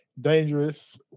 dangerous